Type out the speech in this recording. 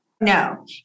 No